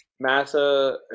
Massa